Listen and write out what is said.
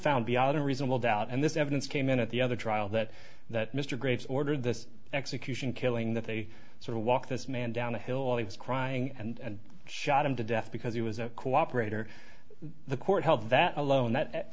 found beyond a reasonable doubt and this evidence came in at the other trial that that mr graves ordered this execution killing that they sort of walked this man down the hill he was crying and shot him to death because he was a cooperator the court held that alone that